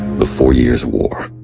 the four years war!